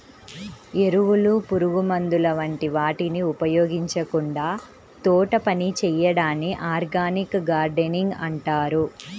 ఎరువులు, పురుగుమందుల వంటి వాటిని ఉపయోగించకుండా తోటపని చేయడాన్ని ఆర్గానిక్ గార్డెనింగ్ అంటారు